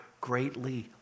greatly